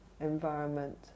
environment